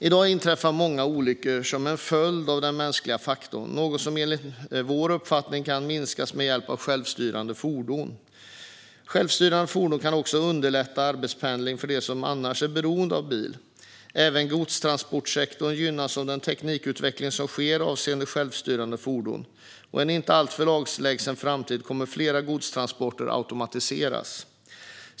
I dag inträffar många olyckor som en följd av den mänskliga faktorn, något som enligt vår uppfattning kan minskas med hjälp av självstyrande fordon. Självstyrande fordon kan också underlätta arbetspendling för dem som annars är beroende av bil. Även godstransportsektorn gynnas av den teknikutveckling som sker avseende självstyrande fordon, och i en inte alltför avlägsen framtid kommer fler godstransporter att automatiseras.